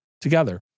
together